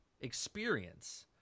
experience